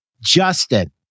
Justin